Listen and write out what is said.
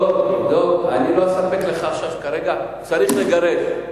דב, אני לא אומר לך שכרגע צריך לגרש,